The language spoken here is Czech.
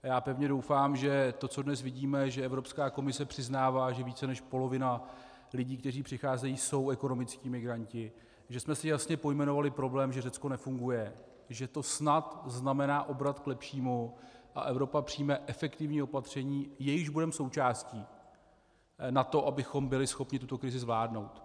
A já pevně doufám, že to, co dnes vidíme, že Evropská komise přiznává, že více než polovina lidí, kteří přicházejí, jsou ekonomičtí migranti, že jsme si jasně pojmenovali problém, že Řecko nefunguje, že to snad znamená obrat k lepšímu a Evropa přijme efektivní opatření, jejichž budeme součástí, na to, abychom byli schopni tuto krizi zvládnout.